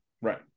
right